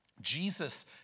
Jesus